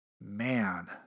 man